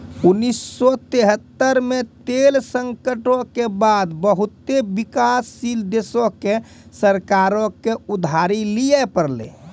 उन्नीस सौ तेहत्तर मे तेल संकटो के बाद बहुते विकासशील देशो के सरकारो के उधारी लिये पड़लै